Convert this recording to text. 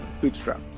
bootstrap